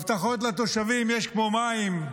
הבטחות לתושבים יש כמו מים,